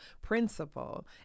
principle